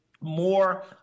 more